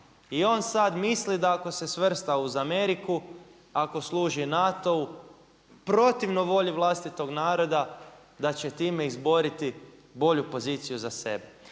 I on sad misli da ako se svrsta uz Ameriku, ako služi NATO-u, protivno volji vlastitog naroda da će time izboriti bolju poziciju za sebe.